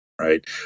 right